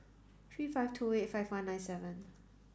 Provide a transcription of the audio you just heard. three five two eight five one nine seven